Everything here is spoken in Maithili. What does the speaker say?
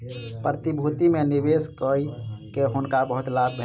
प्रतिभूति में निवेश कय के हुनका बहुत लाभ भेलैन